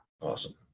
Awesome